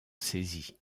saisit